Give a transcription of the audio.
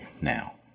now